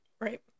Right